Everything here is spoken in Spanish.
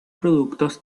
productos